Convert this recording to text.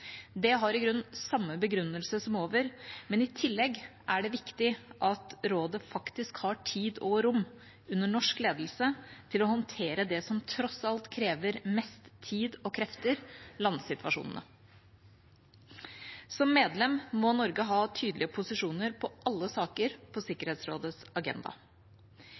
Det har i grunnen samme begrunnelse som det ovennevnte, men i tillegg er det viktig at rådet faktisk har tid og rom, under norsk ledelse, til å håndtere det som tross alt krever mest tid og krefter: landsituasjonene. Som medlem må Norge ha tydelige posisjoner i alle saker på Sikkerhetsrådets agenda.